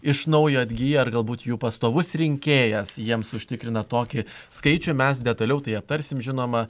iš naujo atgyja ar galbūt jų pastovus rinkėjas jiems užtikrina tokį skaičių mes detaliau tai aptarsim žinoma